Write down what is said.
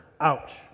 ouch